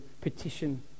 petition